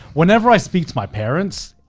whenever i speak to my parents,